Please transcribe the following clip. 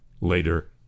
later